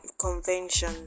convention